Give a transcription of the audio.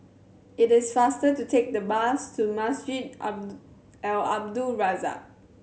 it is faster to take the bus to Masjid Al Abdul Razak